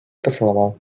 поцеловал